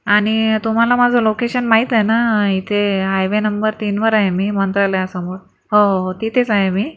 आणि तुम्हाला माझं लोकेशन माहीत आहे ना इथे हायवे नंबर तीनवर आहे मी मंत्रालयासमोर हो हो हो तिथेच आहे मी